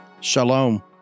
Shalom